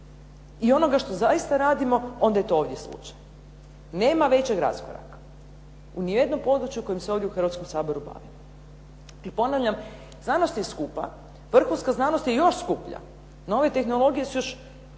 i onoga što zaista radimo onda je to ovdje slučaj. Nema većeg raskoraka u nijednom području kojim se ovdje u Hrvatskom saboru bavimo. Dakle, ponavljam znanost je skupa, vrhunska znanost je još skuplja, nove tehnologije su još